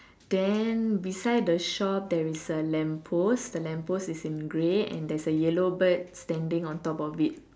then beside the shop there is a lamp post the lamp post is in grey and there's a yellow bird standing on top of it